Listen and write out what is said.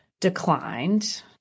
declined